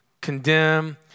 condemn